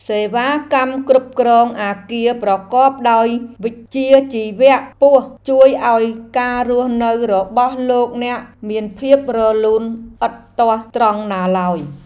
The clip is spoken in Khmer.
សេវាកម្មគ្រប់គ្រងអគារប្រកបដោយវិជ្ជាជីវៈខ្ពស់ជួយឱ្យការរស់នៅរបស់លោកអ្នកមានភាពរលូនឥតទាស់ត្រង់ណាឡើយ។